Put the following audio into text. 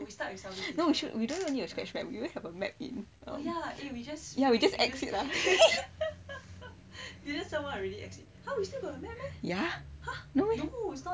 no we should we don't even need a scratch map we always have a map in ya we just exit lah ya no meh